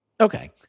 Okay